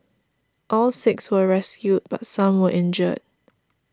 all six were rescued but some were injured